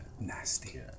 nasty